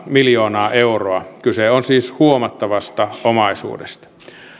miljoonaa euroa kyse on siis huomattavasta omaisuudesta